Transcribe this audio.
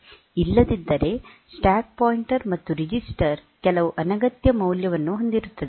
ಇಲ್ಲದಿದ್ದರೆ stack pointer ಮತ್ತು register ಕೆಲವು ಅನಗತ್ಯ ಮೌಲ್ಯವನ್ನು ಹೊಂದಿರುತ್ತದೆ